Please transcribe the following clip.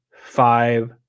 five